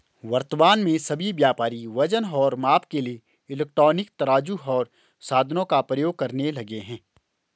वर्तमान में सभी व्यापारी वजन और माप के लिए इलेक्ट्रॉनिक तराजू ओर साधनों का प्रयोग करने लगे हैं